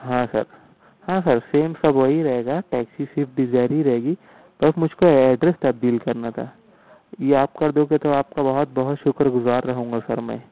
ہاں سر ہاں sir same سب وہی رہے گا ٹیکسی سویفٹ ڈیزائر ہی رہے گی بس مجھ کو ایڈریس تبدیل کرنا تھا یا آپ کر دو گے تو آپ کا بہت بہت شکرگزار رہوں گا سر میں